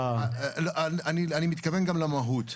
אני מתכוון גם למהות.